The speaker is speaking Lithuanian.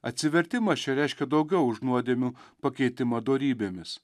atsivertimas čia reiškia daugiau už nuodėmių pakeitimą dorybėmis